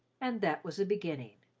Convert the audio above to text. and that was a beginning.